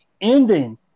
ending